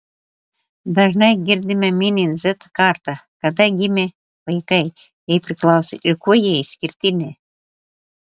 dažnai girdime minint z kartą kada gimę vaikai jai priklauso ir kuo ji išskirtinė